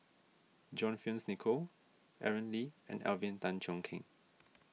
John Fearns Nicoll Aaron Lee and Alvin Tan Cheong Kheng